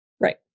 Right